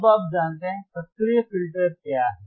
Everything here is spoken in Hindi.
अब आप जानते हैं सक्रिय फ़िल्टर क्या हैं